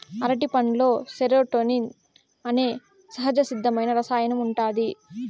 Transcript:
అరటిపండులో సెరోటోనిన్ అనే సహజసిద్ధమైన రసాయనం ఉంటాది